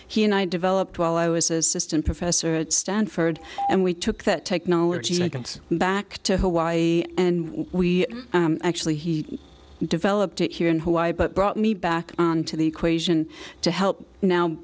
he and i developed while i was assistant professor at stanford and we took that technology like and back to hawaii and we actually he developed it here in hawaii but brought me back on to the equation to help now